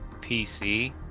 PC